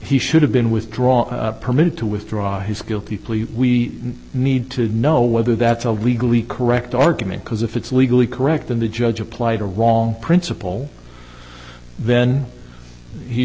he should have been withdrawn permitted to withdraw his guilty plea we need to know whether that's a legally correct argument because if it's legally correct then the judge applied a wrong principle then you